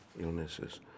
illnesses